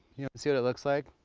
see what it looks like.